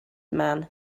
man